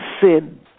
sin